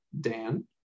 Dan